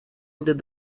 did